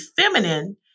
feminine